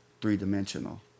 three-dimensional